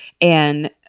and-